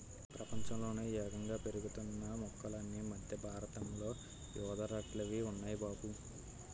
ప్రపంచంలోనే యేగంగా పెరుగుతున్న మొక్కలన్నీ మద్దె బారతంలో యెదుర్లాటివి ఉన్నాయ్ బాబూ